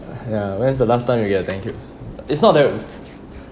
ya when is the last time you get a thank you it's not that